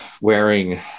wearing